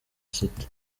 city